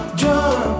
jump